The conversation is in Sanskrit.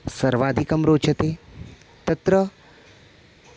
सर्वाधिकं रोचते तत्र